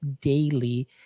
daily